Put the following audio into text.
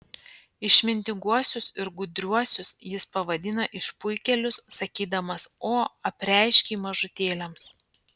išmintinguosius ir gudriuosius jis pavadina išpuikėlius sakydamas o apreiškei mažutėliams